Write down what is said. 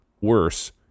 worse